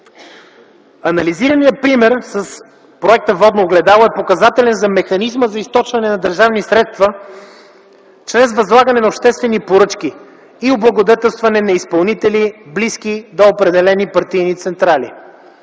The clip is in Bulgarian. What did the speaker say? Анализираният пример с Проекта „Водно огледало” е показателен за механизма на източване на държавни средства чрез възлагане на обществени поръчки и облагодетелстване на изпълнители, близки до определени партийни централи.